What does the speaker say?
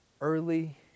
early